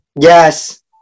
Yes